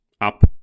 up